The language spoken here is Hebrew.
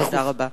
תודה רבה.